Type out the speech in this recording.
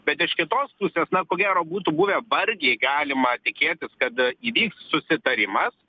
bet iš kitos pusės na ko gero būtų buvę vargiai galima tikėtis kad įvyks susitarimas